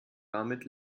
damit